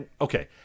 okay